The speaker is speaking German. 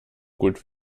gut